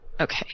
Okay